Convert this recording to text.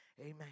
Amen